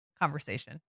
conversation